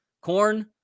Corn